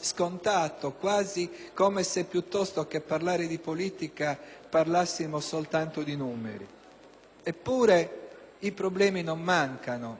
scontato, come se piuttosto che parlare di politica parlassimo soltanto di numeri? Eppure i problemi non mancano.